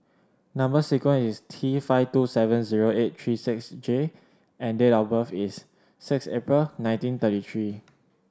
number sequence is T five two seven zero eight three six J and date of birth is six April nineteen thirty three